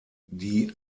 die